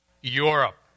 Europe